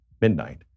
midnight